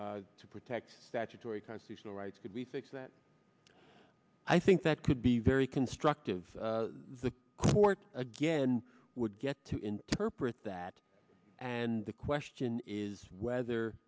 to protect statutory constitutional rights to be that i think that could be very constructive the court again would get to interpret that and the question is whether